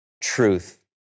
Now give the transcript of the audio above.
truth